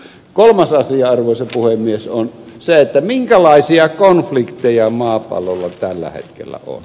kolmas asia arvoisa puhemies on se minkälaisia konflikteja maapallolla tällä hetkellä on